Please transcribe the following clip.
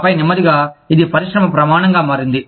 ఆపై నెమ్మదిగా ఇది పరిశ్రమ ప్రమాణంగా మారింది